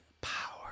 power